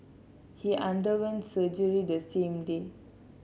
he underwent surgery the same day